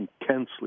intensely